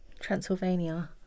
Transylvania